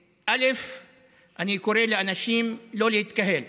אני קורא לאנשים לא להתקהל